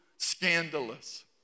Scandalous